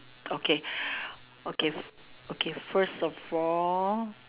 okay okay okay first of all